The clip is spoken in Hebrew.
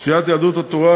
סיעת יהדות התורה,